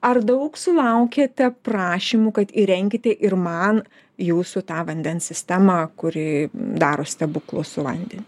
ar daug sulaukiate prašymų kad įrenkite ir man jūsų tą vandens sistemą kuri daro stebuklus su vandeniu